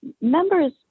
members